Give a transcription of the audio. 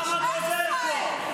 למה את עוזרת לו?